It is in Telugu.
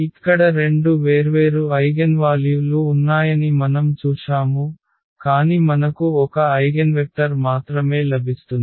ఇక్కడ రెండు వేర్వేరు ఐగెన్వాల్యు లు ఉన్నాయని మనం చూశాము కాని మనకు ఒక ఐగెన్వెక్టర్ మాత్రమే లభిస్తుంది